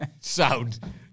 Sound